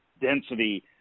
density